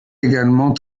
également